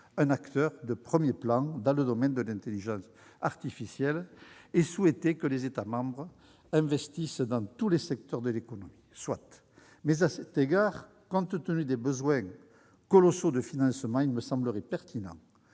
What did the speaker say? un acteur de premier plan dans le domaine de l'intelligence artificielle, et souhaité que les États membres investissent dans tous les secteurs économiques. Soit ! Mais, à cet égard, compte tenu des besoins colossaux de financements, il me semblerait pertinent